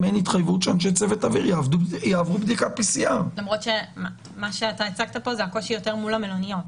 אין התחייבות שאנשי צוות אווירי יעברו בדיקת PCR. למרות שמה שאתה הצגת כאן זה יותר הקושי מול המלוניות.